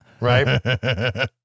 right